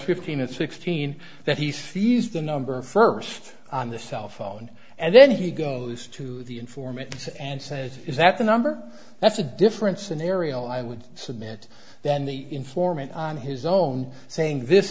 fifteen and sixteen that he's fees the number first on the cell phone and then he goes to the informant and says is that the number that's a different scenario i would submit then the informant on his own saying this